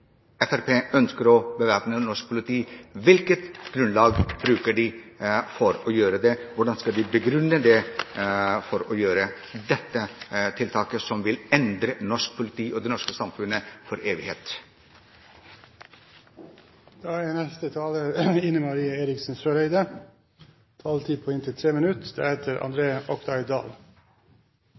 ønsker å bevæpne norsk politi – på hvilket grunnlag gjør de det? Hvordan skal de begrunne å gjennomføre dette tiltaket, som vil endre norsk politi og det norske samfunnet for evigheten? Vi er